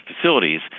facilities